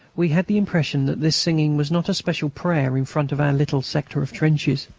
we had the impression that this singing was not a special prayer in front of our little sector of trenches,